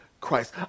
Christ